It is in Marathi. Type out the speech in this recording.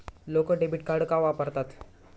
लोक डेबिट कार्ड का वापरतात?